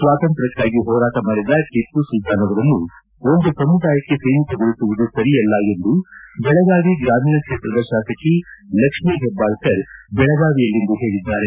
ಸ್ವಾತಂತ್ರ್ಯಕ್ಕಾಗಿ ಹೋರಾಟ ಮಾಡಿದ ಟಿಪ್ಪು ಸುಲ್ತಾನ್ ಅವರನ್ನು ಒಂದು ಸಮುದಾಯಕ್ಕೆ ಸೀಮಿತಗೊಳಿಸುವುದು ಸರಿಯಲ್ಲ ಎಂದು ಬೆಳಗಾವಿ ಗ್ರಾಮೀಣ ಕ್ಷೇತ್ರದ ಶಾಸಕಿ ಲಕ್ಷ್ಮೀ ಹೆಬ್ದಾಳ್ಕರ್ ಬೆಳಗಾವಿಯಲ್ಲಿಂದು ಹೇಳಿದ್ದಾರೆ